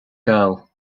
girl